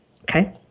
Okay